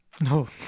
no